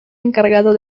encargado